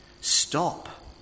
Stop